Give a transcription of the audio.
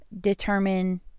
determine